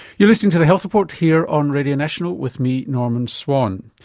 you're listening to the health report here on radio national with me, norman swan.